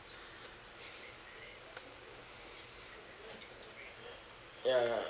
ya